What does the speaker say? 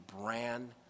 brand